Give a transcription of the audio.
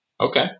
Okay